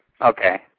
okay